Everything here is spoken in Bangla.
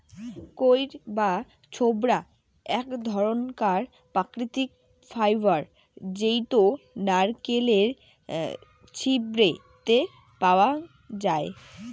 কইর বা ছোবড়া আক ধরণকার প্রাকৃতিক ফাইবার জেইতো নারকেলের ছিবড়ে তে পাওয়াঙ যাই